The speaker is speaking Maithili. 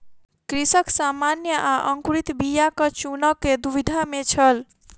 कृषक सामान्य आ अंकुरित बीयाक चूनअ के दुविधा में छल